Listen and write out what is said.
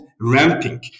ramping